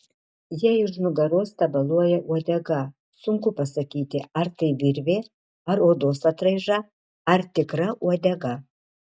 jai už nugaros tabaluoja uodega sunku pasakyti ar tai virvė ar odos atraiža ar tikra uodega